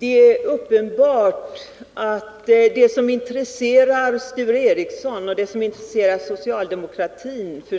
Det är uppenbart att det som intresserar Sture Ericson — och jag förstår att det då också gäller socialdemokratin —